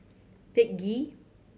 Teck Ghee